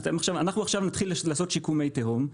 אנחנו עכשיו נתחיל לעשות שיקום מי תהום,